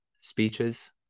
speeches